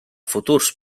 futurs